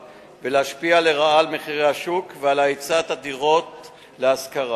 ולהשפיע לרעה על מחירי השוק ועל היצע הדירות להשכרה.